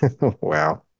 Wow